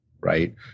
right